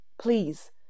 Please